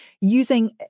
using